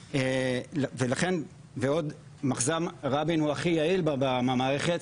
ולכן בעוד מחז"מ רבין הוא הכי יעיל במערכת,